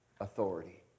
authority